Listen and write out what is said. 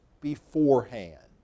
beforehand